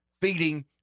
feeding